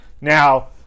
Now